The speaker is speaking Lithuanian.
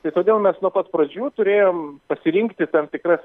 tai todėl mes nuo pat pradžių turėjom pasirinkti tam tikras